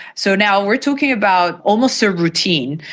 so now we're talking about almost a routine.